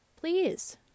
please